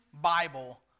Bible